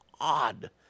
odd